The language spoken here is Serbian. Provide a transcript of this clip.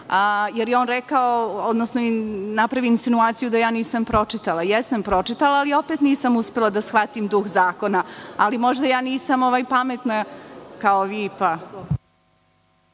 nije struka, jer je napravio insinuaciju da nisam pročitala. Jesam pročitala, ali opet nisam uspela da shvatim duh zakona. Možda nisam pametna kao vi.